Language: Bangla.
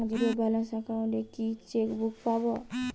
জীরো ব্যালেন্স অ্যাকাউন্ট এ কি চেকবুক পাব?